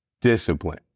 discipline